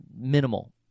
minimal